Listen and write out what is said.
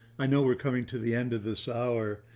i know, we're coming to the end of this hour.